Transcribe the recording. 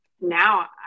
now